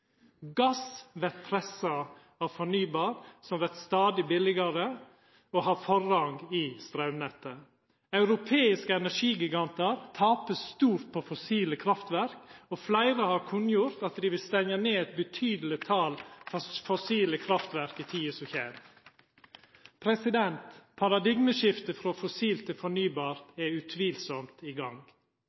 Gass vert pressa av fornybar energi, som vert stadig billigare og har forrang i straumnettet. Europeiske energigigantar tapar stort på fossile kraftverk, og fleire har kunngjort at dei vil stengja ned eit betydeleg tal fossile kraftverk i tida som kjem. Paradigmeskiftet frå fossil til fornybar er utvilsamt i gang.